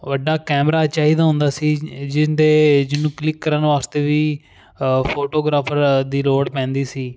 ਵੱਡਾ ਕੈਮਰਾ ਚਾਹੀਦਾ ਹੁੰਦਾ ਸੀ ਜਿਹਦੇ ਜਿਹਨੂੰ ਕਲਿੱਕ ਕਰਨ ਵਾਸਤੇ ਵੀ ਫੋਟੋਗ੍ਰਾਫਰ ਦੀ ਲੋੜ ਪੈਂਦੀ ਸੀ